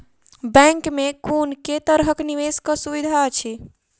Bank मे कुन केँ तरहक निवेश कऽ सुविधा अछि?